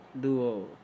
duo